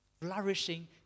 Flourishing